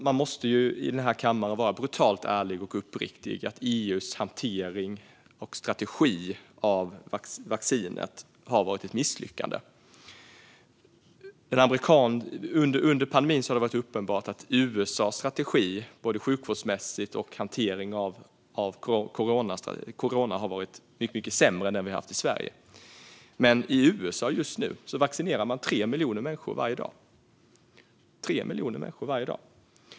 Man måste i den här kammaren vara brutalt ärlig och uppriktig. EU:s hantering av och strategi för vaccinet har varit ett misslyckande. Under pandemin har det varit uppenbart att USA:s strategi både sjukvårdsmässigt och i hantering av corona har varit mycket sämre än den vi har haft i Sverige. Men i USA vaccinerar man nu 3 miljoner människor varje dag.